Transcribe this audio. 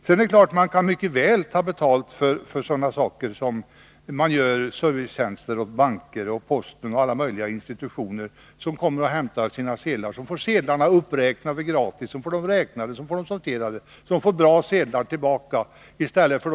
Det är också klart att riksbanken mycket väl kan ta betalt för de servicetjänster den gör åt posten, olika banker och andra institutioner, som kommer och hämtar sina sedlar. De får sedlarna räknade och sorterade gratis, och de får dåliga sedlar utbytta mot nya.